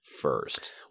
first